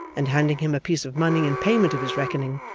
and handing him a piece of money in payment of his reckoning,